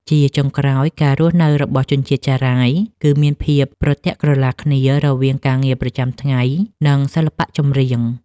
ជាចុងក្រោយ ការរស់នៅរបស់ជនជាតិចារាយគឺមានភាពប្រទាក់ក្រឡាគ្នារវាងការងារប្រចាំថ្ងៃ និងសិល្បៈចម្រៀង។